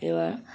এবার